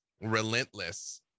relentless